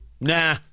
Nah